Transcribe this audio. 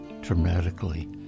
dramatically